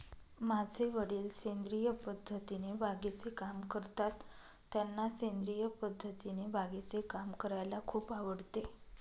माझे वडील सेंद्रिय पद्धतीने बागेचे काम करतात, त्यांना सेंद्रिय पद्धतीने बागेचे काम करायला खूप आवडते